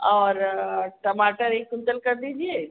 और टमाटर एक कुंटल कर दीजिए